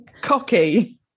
cocky